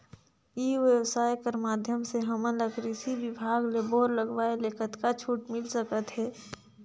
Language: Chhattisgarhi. ई व्यवसाय कर माध्यम से हमन ला कृषि विभाग ले बोर लगवाए ले कतका छूट मिल सकत हे?